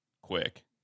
quick